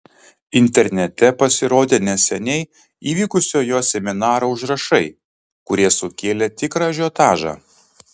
internete pasirodė neseniai įvykusio jo seminaro užrašai kurie sukėlė tikrą ažiotažą